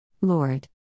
Lord